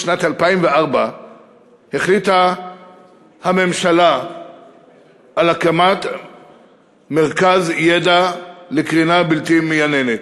בשנת 2004 החליטה הממשלה על הקמת מרכז ידע לקרינה בלתי מייננת.